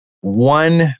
one